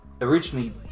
originally